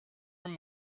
him